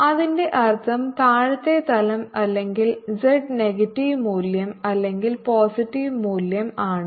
അതിന്റെ അർത്ഥം താഴത്തെ തലം അല്ലെങ്കിൽ z നെഗറ്റീവ് മൂല്യം അല്ലെങ്കിൽ പോസിറ്റീവ് മൂല്യം ആണ്